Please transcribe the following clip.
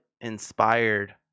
inspired